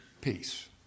Peace